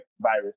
virus